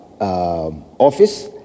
office